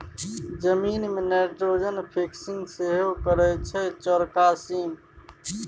जमीन मे nitrogen fixing सेहो करय छै चौरका सीम